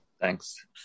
Thanks